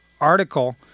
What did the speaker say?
article